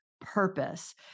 purpose